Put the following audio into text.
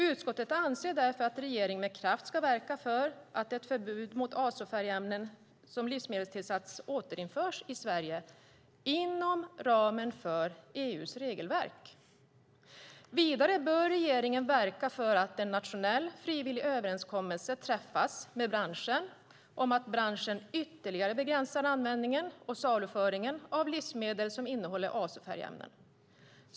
Utskottet anser därför att regeringen med kraft ska verka för att ett förbud mot azofärgämnen som livsmedelstillsats återinförs i Sverige inom ramen för EU:s regelverk. Vidare bör regeringen verka för att en nationell, frivillig överenskommelse träffas med branschen om att branschen ytterligare begränsar användningen och saluföringen av livsmedel som innehåller azofärgämnen.